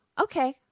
Okay